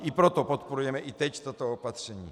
I proto podporujeme i teď toto opatření.